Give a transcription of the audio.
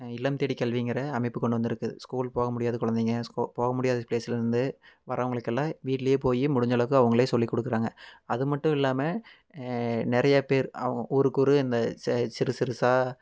இல்லம் தேடி கல்விங்கிற அமைப்பு கொண்டு வந்துருக்கு ஸ்கூல் போக முடியாத குழைந்தைங்க ஸ்கூ போக முடியாத ப்ளேஸில் இருந்து வரவங்களுக்கு எல்லாம் வீட்லையே போய் முடிஞ்ச அளவுக்கு அவங்களே சொல்லிக் கொடுக்குறாங்க அது மட்டும் இல்லாம நிறையா பேர் அவங்க ஊருக்கு ஊர் இந்த ச சிறு சிறுசாக